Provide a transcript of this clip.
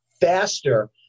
faster